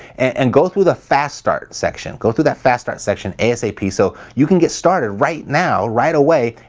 and go through the fast start section. go through that fast start section asap so you can get started right now, right away,